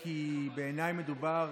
כי בעיניי מדובר